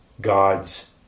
God's